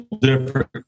different